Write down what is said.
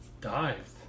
Dived